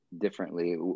differently